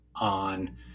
On